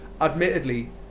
admittedly